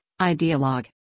ideologue